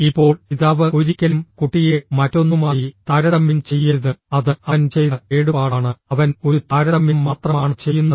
ഇപ്പോൾ പിതാവ് ഒരിക്കലും കുട്ടിയെ മറ്റൊന്നുമായി താരതമ്യം ചെയ്യരുത് അത് അവൻ ചെയ്ത കേടുപാടാണ് അവൻ ഒരു താരതമ്യം മാത്രമാണ് ചെയ്യുന്നത്